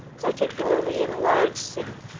particularly in a large city.